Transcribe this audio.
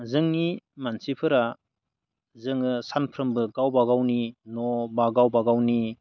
जोंनि मानसिफोरा जोङो सानफ्रोमबो गावबा गावनि न' बा गावबा गावनि